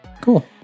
cool